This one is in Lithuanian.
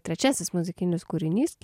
trečiasis muzikinis kūrinys